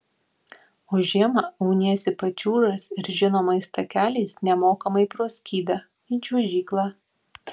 o žiemą auniesi pačiūžas ir žinomais takeliais nemokamai pro skydą į čiuožyklą